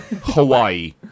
Hawaii